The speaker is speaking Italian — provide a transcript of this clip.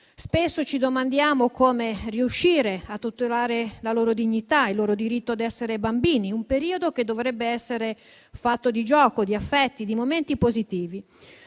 Spesso ci domandiamo come riuscire a tutelare la loro dignità e il loro diritto a essere bambini, un periodo che dovrebbe essere fatto di gioco, di affetti, di momenti positivi;